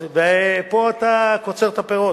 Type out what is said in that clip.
ופה אתה קוצר את הפירות.